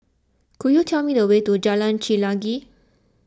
could you tell me the way to Jalan Chelagi